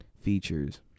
features